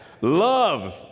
love